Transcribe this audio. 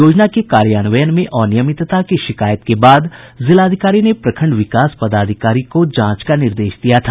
योजना के कार्यान्वयन में अनियमितता की शिकायत के बाद जिलाधिकारी ने प्रखंड विकास पदाधिकारी को जांच का निर्देश दिया था